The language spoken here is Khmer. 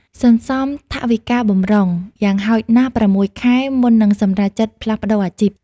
សន្សំថវិកាបម្រុង យ៉ាងហោចណាស់ ៦ ខែ មុននឹងសម្រេចចិត្តផ្លាស់ប្តូរអាជីព។